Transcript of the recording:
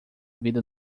vida